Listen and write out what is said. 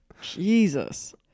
Jesus